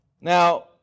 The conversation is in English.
Now